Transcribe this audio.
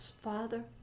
Father